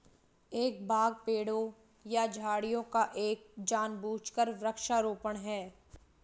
एक बाग पेड़ों या झाड़ियों का एक जानबूझकर वृक्षारोपण है